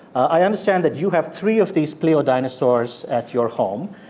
i understand that you have three of these pleo dinosaurs at your home.